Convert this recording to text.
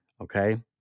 okay